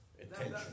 Attention